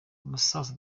umusaza